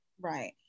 Right